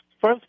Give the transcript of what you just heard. first